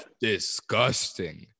disgusting